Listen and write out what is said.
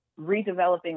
redeveloping